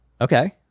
okay